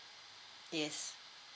yes